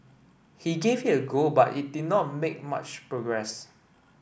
he gave it a go but did not make much progress